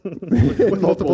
multiple